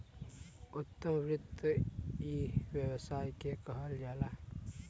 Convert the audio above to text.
उद्यम वृत्ति इ व्यवसाय के कहल जाला